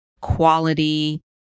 quality